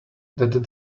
that